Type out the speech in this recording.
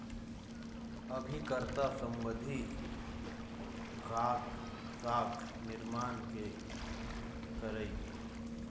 अभिकर्ता संबंधी काज, साख निरमान के करई